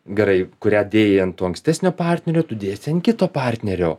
gerai kurią dėjai ant to ankstesnio partnerio tu dėsi ant kito partnerio